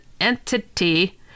entity